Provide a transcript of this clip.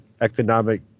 economic